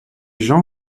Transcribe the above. gens